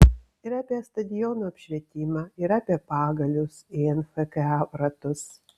ir apie stadionų apšvietimą ir apie pagalius į nfka ratus